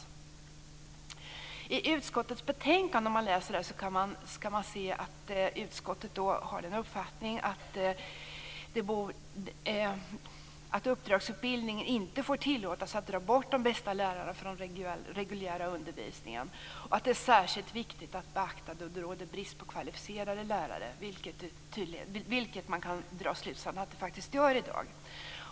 Om man läser utskottets betänkande kan man se att utskottet har den uppfattningen att uppdragsutbildningen inte får tillåtas att dra bort de bästa lärarna från den reguljära undervisningen och att det är särskilt viktigt att beakta detta då det råder brist på kvalificerade lärare, och man kan dra den slutsatsen att det faktiskt gör det i dag.